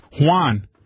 Juan